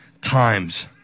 times